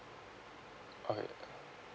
okay uh